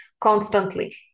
constantly